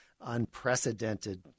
unprecedented